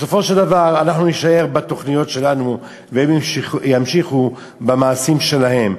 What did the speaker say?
בסופו של דבר אנחנו נישאר בתוכניות שלנו והם ימשיכו במעשים שלהם.